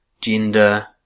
gender